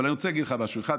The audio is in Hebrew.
אני רוצה להגיד לך משהו אחד,